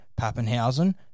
Pappenhausen